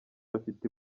bafite